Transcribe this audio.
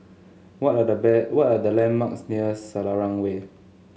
what are the what are the landmarks near Selarang Way